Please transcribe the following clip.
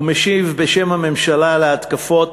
ומשיב בשם הממשלה על ההתקפות,